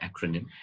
acronym